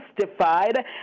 justified